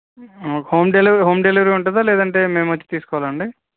home delivery home delivery ఉంటుందా లేదంటే మేమొ వచ్చి తీసుకోవాలండి